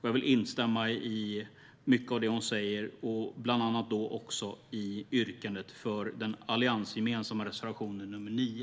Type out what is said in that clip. Jag instämmer i mycket av det hon säger, bland annat i yrkandet på den alliansgemensamma reservationen nr 9.